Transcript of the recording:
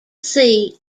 sea